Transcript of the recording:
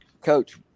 Coach